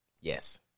Yes